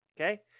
Okay